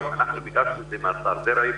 ביקשנו את זה מהשר דרעי.